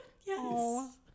Yes